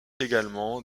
également